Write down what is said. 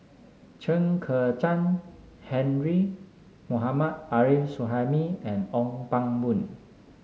Chen Kezhan Henri Mohammad Arif Suhaimi and Ong Pang Boon